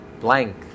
blank